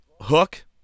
Hook